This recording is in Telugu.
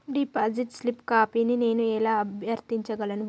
డిపాజిట్ స్లిప్ కాపీని నేను ఎలా అభ్యర్థించగలను?